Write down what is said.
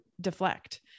deflect